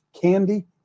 candy